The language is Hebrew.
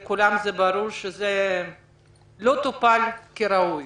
ברור לכולם שזה לא טופל כראוי